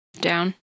down